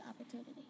opportunity